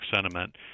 sentiment